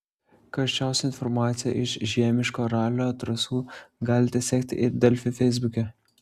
karčiausią informaciją iš žiemiško ralio trasų galite sekti ir delfi feisbuke